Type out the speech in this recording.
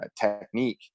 technique